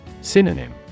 Synonym